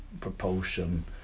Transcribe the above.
propulsion